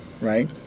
Right